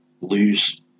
lose